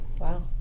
Wow